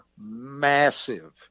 massive